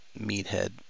Meathead